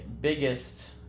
biggest